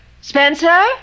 Spencer